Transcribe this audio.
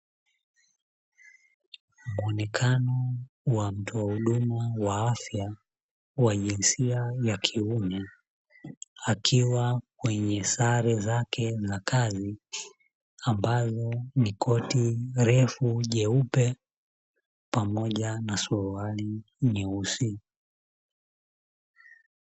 Mwonekano wa mtoa huduma wa afya, wa jinsia ya kiume, akiwa kwenye sare zake za kazi, ambayo ni koti refu jeupe, pamoja na suruali nyeusi.